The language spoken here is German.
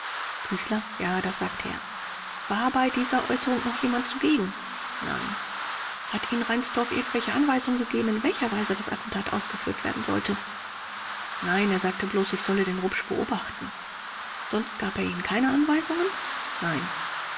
ja das sagte er vors war bei dieser äußerung noch jemand zugegen k nein vors hat ihnen reinsdorf irgendwelche anweisungen gegeben in welcher weise das attentat ausgeführt werden sollte k nein er sagte bloß ich solle den rupsch beobachten vors sonst gab er ihnen keine anweisungen k nein